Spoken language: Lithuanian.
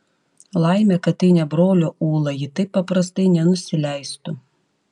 laimė kad tai ne brolio ūla ji taip paprastai nenusileistų